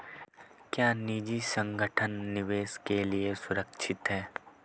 क्या निजी संगठन निवेश के लिए सुरक्षित हैं?